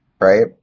right